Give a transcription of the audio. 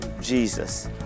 Jesus